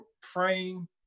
frame